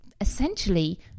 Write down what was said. essentially